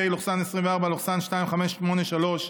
פ/2583/24,